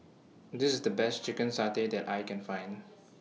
This IS The Best Chicken Satay that I Can Find